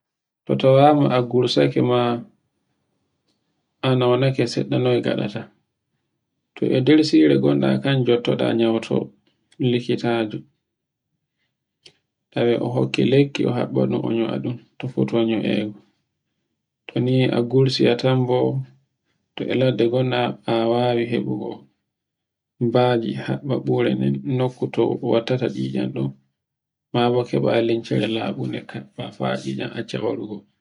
to tawama a gursake ma a naunake seɗɗa noy ngaɗata. To e nder sire gonɗa kan jottota nyauto likitajo, hokke lekki o nyo'anon, tofuto nyo'e. toni a gursi a tambo. To e ladde ngonɗa bo, a wani haɓungo baji haɓɓabure nden nokku to wakkata eccan ɗan, mabo liccere labungo kaɓɓa a eccan acca warugo.